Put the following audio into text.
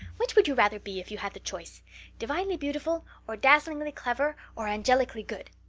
which would you rather be if you had the choice divinely beautiful or dazzlingly clever or angelically good?